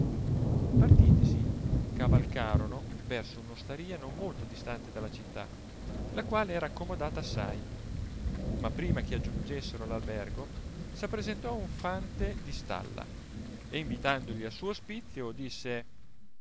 partitisi cavalcarono verso un ostaria non molto distante dalla città la quale era accomodata assai ma prima che aggiungessero all albergo s appresentò un fante di stalla e invitandogli al suo ospizio disse